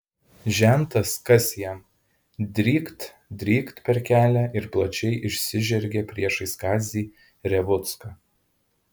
žentas kas jam drykt drykt per kelią ir plačiai išsižergė priešais kazį revucką